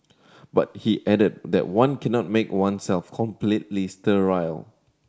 but he added that one cannot make oneself completely sterile